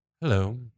Hello